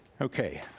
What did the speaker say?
Okay